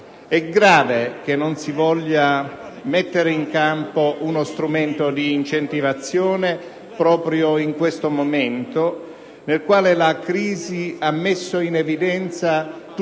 È grave che non si voglia mettere in campo uno strumento di incentivazione proprio in questo momento nel quale la crisi ha messo in evidenza tutte